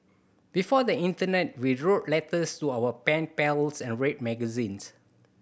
before the internet we wrote letters to our pen pals and read magazines